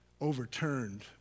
overturned